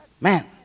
man